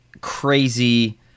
crazy